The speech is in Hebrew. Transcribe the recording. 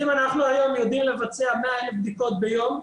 אם אנחנו היום יודעים לבצע 100,000 בדיקות ביום,